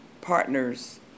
partners